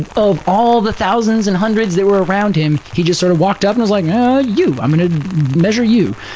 and of all the thousands and hundreds that were around him, he just sort of walked up and was like, you! i'm gonna measure you!